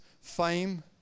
fame